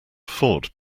afford